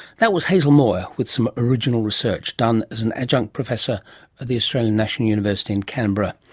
that was hazel moir with some original research done as an adjunct professor at the australian national university in canberra.